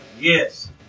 Yes